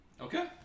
Okay